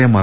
MR